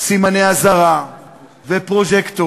סימני אזהרה ופרוז'קטורים,